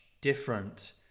different